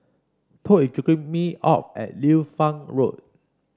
Tod is dropping me off at Liu Fang Road